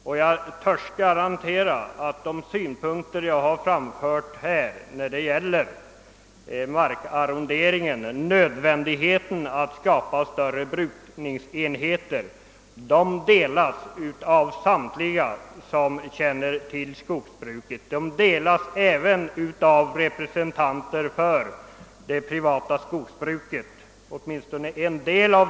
Och jag törs garantera att de synpunkter jag har framfört här när det gäller markarronderingen och nödvändigheten av att skapa större brukningsenheter delas av samtliga som känner till skogsbruket — det gäller åtminstone även en del av representanterna för det privata skogsbruket.